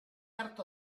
art